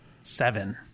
seven